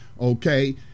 okay